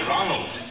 Ronald